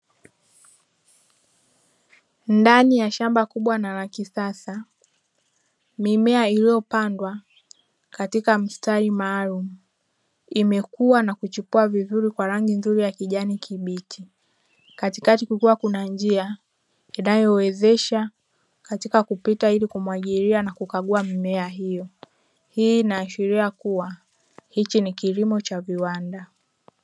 Ndani ya shamba kubwa na la kisasa mimea iliyopandwa katika mstari maalumu imekuwa na kuchipua kwa rangi nzuri ya kijani kibichi. Katikati kukiwa na njia inayowezesha katika kupita ili kumwagilia na kukagua mimea hiyo, hii naashiria kuwa hiki ni kilimo cha viwandani.